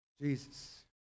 Jesus